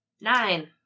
Nine